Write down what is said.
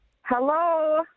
Hello